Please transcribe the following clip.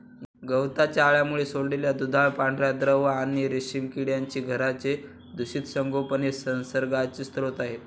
गवताच्या अळ्यांमुळे सोडलेला दुधाळ पांढरा द्रव आणि रेशीम किड्यांची घरांचे दूषित संगोपन हे संसर्गाचे स्रोत आहे